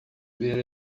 ver